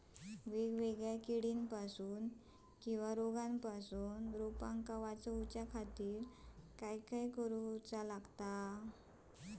वेगवेगल्या किडीपासून किवा रोगापासून रोपाक वाचउच्या खातीर काय करूचा?